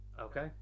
Okay